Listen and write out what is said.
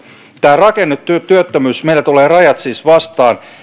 tämä rakennetyöttömyys meillä tulevat rajat siis vastaan